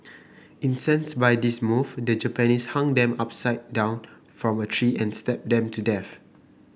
incensed by this move the Japanese hung them upside down from a tree and stabbed them to death